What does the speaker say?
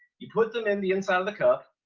you put them in the inside of the cup,